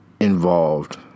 involved